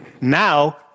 Now